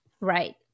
Right